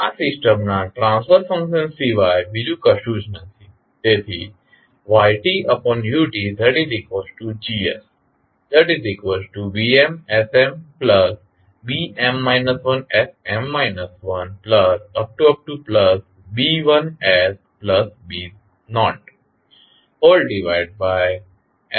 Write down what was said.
આ સિસ્ટમના transfer function સિવાય બીજું કશું જ નથી તેથી ytutGsbmsmbm 1sm 1b1sb0snan 1sn 1